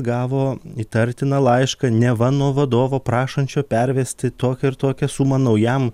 gavo įtartiną laišką neva nuo vadovo prašančio pervesti tokią ir tokią sumą naujam